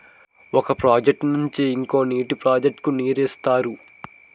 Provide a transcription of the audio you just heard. ఒక ప్రాజెక్ట్ నుండి ఇంకో నీటి ప్రాజెక్ట్ కు నీరు ఇస్తారు